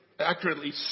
accurately